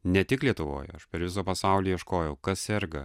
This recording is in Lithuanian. ne tik lietuvoj aš per visą pasaulį ieškojau kas serga